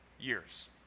years